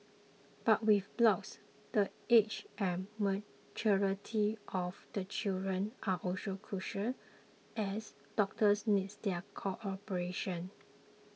but with blocks the age and maturity of the children are also crucial as doctors needs their cooperation